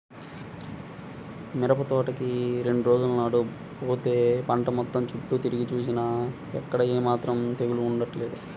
మిరపతోటకి రెండు రోజుల నాడు బోతే పంట మొత్తం చుట్టూ తిరిగి జూసినా ఎక్కడా ఏమాత్రం తెగులు అంటలేదు